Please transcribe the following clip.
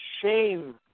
shame